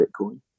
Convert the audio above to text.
Bitcoin